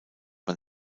man